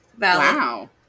wow